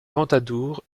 ventadour